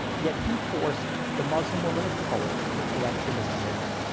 yet he forced the muslim woman of color to correct her mistake.